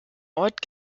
ort